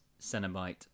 Cenobite